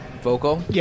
vocal